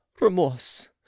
remorse